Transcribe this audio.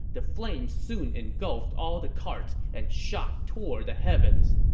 the flames soon engulfed all the carts and shot toward the heavens.